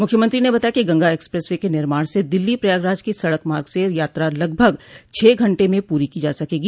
मुख्यमंत्री ने बताया कि गंगा एक्सप्रेस वे निर्माण से दिल्ली प्रयागराज की सड़क मार्ग से यात्रा लगभग छह घंटे में पूरी की जा सकेगी